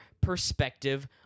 perspective